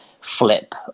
flip